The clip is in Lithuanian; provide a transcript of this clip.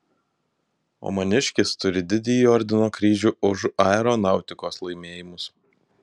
o maniškis turi didįjį ordino kryžių už aeronautikos laimėjimus